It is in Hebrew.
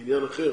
בעניין אחר